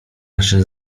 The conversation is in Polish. nasze